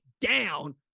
down